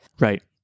Right